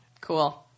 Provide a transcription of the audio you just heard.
Cool